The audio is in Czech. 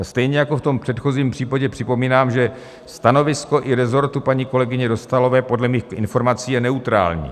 A stejně jako v předchozím případě připomínám, že stanovisko i resortu u paní kolegyně Dostálové je podle mých informací neutrální.